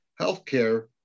healthcare